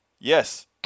Yes